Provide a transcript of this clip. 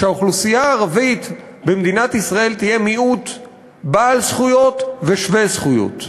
שהאוכלוסייה הערבית במדינת ישראל תהיה מיעוט בעל זכויות ושווה זכויות.